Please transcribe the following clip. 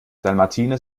dalmatiner